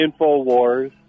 InfoWars